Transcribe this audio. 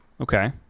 Okay